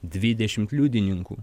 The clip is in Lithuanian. dvidešimt liudininkų